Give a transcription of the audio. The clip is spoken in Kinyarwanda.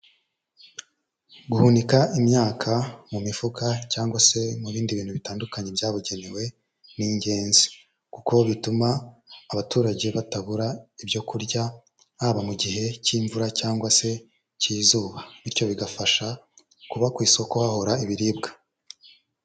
Guhunika imyaka mu mifuka cyangwa se mu bindi bintu bitandukanye byabugenewe, ni ingenzi kuko bituma abaturage batabura ibyo kurya haba mu gihe cy'imvura cyangwa se cy'izuba, bityo bigafasha kuba ku isoko hahora ibiribwa.